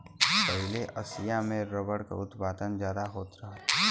पहिले एसिया में रबर क उत्पादन जादा होत रहल